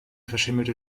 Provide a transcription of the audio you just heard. verschimmelte